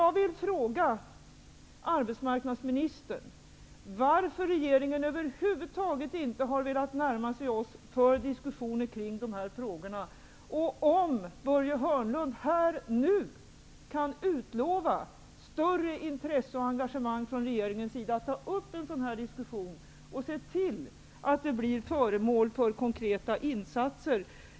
Börje Hörnlund nu utlova större intresse och engagemang från regeringens sida för att ta upp en sådan diskussion och se till att konkreta insatser görs?